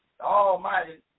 Almighty